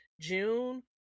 June